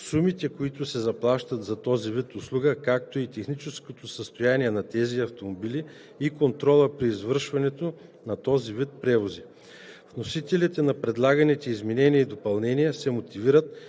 сумите, които се заплащат за този вид услуга, както и техническото състояние на тези автомобили и контрола при извършването на този вид превози. Вносителите на предлаганите изменения и допълнения се мотивират,